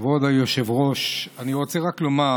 כבוד היושבת-ראש, אני רק רוצה לומר,